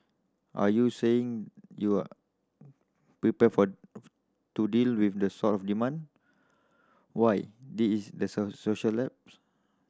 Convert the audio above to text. are you saying you are prepared for to deal with the sort of demand why there is